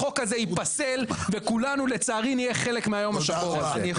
החוק הזה ייפסל וכולנו לצערי נהיה חלק מהיום השחור הזה.